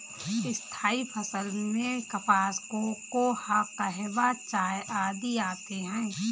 स्थायी फसल में कपास, कोको, कहवा, चाय आदि आते हैं